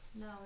No